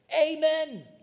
amen